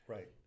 Right